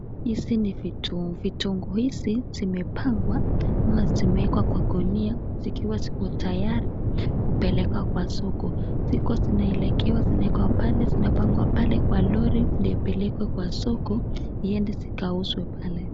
Hizi ni vitunguu. Vitunguu hizi zimepangwa ama zimewekwa kwa ngunia zikiwa ziko tayari kupeleka kwa soko. Ziko zinaelekewa, zinaekwa pale, zinapangwa pale kwa lori ndio zipelekwe kwa soko iende zikauzwe pale.